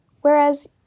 Whereas